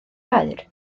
aur